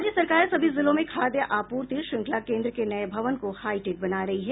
राज्य सरकार सभी जिलों में खाद्य आपूर्ति श्रृंखला केन्द्र के नये भवन को हाईटेक बना रही है